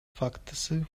фактысы